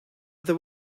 there